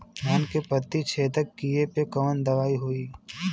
धान के पत्ती छेदक कियेपे कवन दवाई होई?